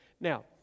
Now